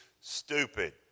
stupid